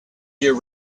year